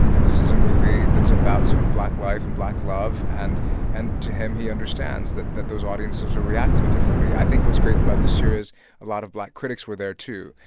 and this is a movie that's about sort of black life and black love. and and to him, he understands that that those audiences will react to it differently. i think what's great about this year is a lot of black critics were there, too,